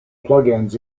plugins